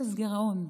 אפס גירעון.